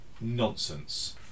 nonsense